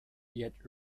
yet